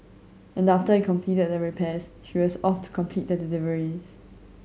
and after he completed the repairs she was off to complete the deliveries